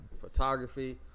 Photography